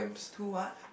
too what